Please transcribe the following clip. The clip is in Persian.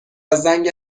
زنگ